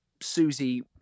Susie